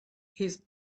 his